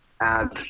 add